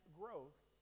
growth